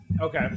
Okay